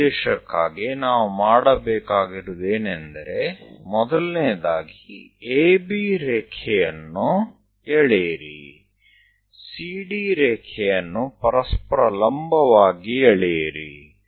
ಆ ಉದ್ದೇಶಕ್ಕಾಗಿ ನಾವು ಮಾಡಬೇಕಾಗಿರುವುದು ಏನೆಂದರೆ ಮೊದಲನೆಯದಾಗಿ AB ರೇಖೆಯನ್ನು ಎಳೆಯಿರಿ CD ರೇಖೆಯನ್ನು ಪರಸ್ಪರ ಲಂಬವಾಗಿ ಎಳೆಯಿರಿ